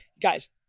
Guys